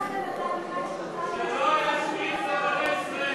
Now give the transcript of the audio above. שלא ישמיץ רבני ישראל.